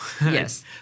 Yes